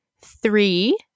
three